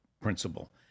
principle